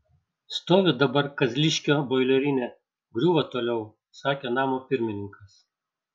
stovi dabar kazliškio boilerinė griūva toliau sakė namo pirmininkas